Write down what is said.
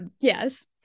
Yes